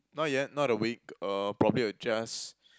not yet not a week uh probably a just